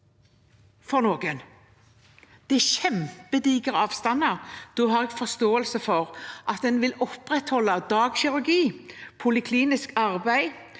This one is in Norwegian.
for noen. Det er kjempedigre avstander. Da har jeg forståelse for at man vil opprettholde dagkirurgi, poliklinisk arbeid,